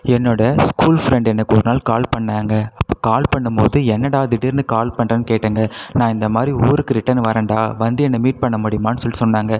என்னோட school friend எனக்கு ஒரு நாள் கால் பண்ணாங்க அப்போ கால் பண்ணும் போது என்னடா திடீர்னு கால் பண்ணுறேனு கேட்டேங்க நான் இந்த மாதிரி ஊருக்கு ரிட்டர்ன் வரேன்டா வந்து என்ன மீட் பண்ண முடியுமான்னு சொல்லிட்டு சொன்னாங்க